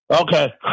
Okay